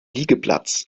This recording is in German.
liegeplatz